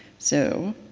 so,